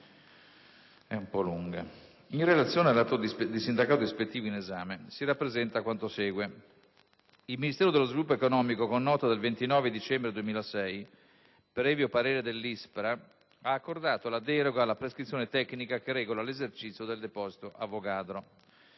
in relazione all'atto di sindacato ispettivo in esame, si rappresenta quanto segue. Il Ministero dello sviluppo economico, con nota del 29 dicembre 2006, previo parere tecnico dell'ISPRA, ha accordato la deroga alla prescrizione tecnica che regola l'esercizio del deposito Avogadro.